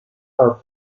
are